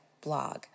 blog